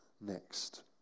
next